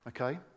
Okay